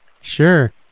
sure